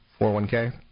401k